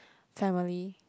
family